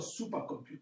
supercomputer